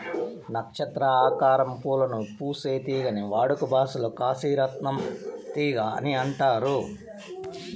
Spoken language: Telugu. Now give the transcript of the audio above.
నక్షత్ర ఆకారం పూలను పూసే తీగని వాడుక భాషలో కాశీ రత్నం తీగ అని అంటారు